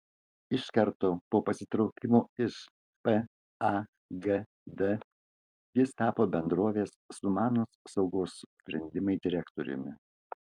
iš karto po pasitraukimo iš pagd jis tapo bendrovės sumanūs saugos sprendimai direktoriumi